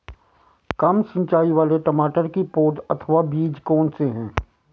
कम सिंचाई वाले टमाटर की पौध अथवा बीज कौन से हैं?